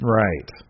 right